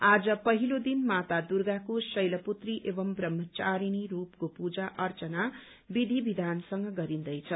आज पहिलो दिन माता दुर्गाको शैलपुत्री एवं ब्रहमचारिणी स्वरूपको पूजा अर्चना विधि विधानसँग गरिन्दैछ